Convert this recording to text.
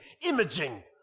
imaging